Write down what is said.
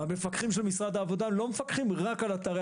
והמפקחים של משרד העבודה לא מפקחים רק על אתרי